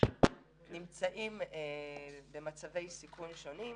נמצאים במצבי סיכון שונים,